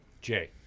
Jay